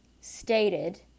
stated